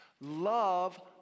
Love